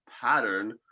pattern